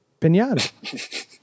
Pinata